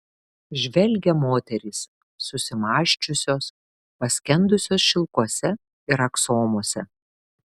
žvelgia moterys susimąsčiusios paskendusios šilkuose ir aksomuose